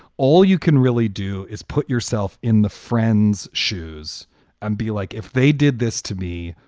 all you can really do is put yourself in the friends shoes and be like, if they did this to me,